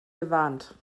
gewarnt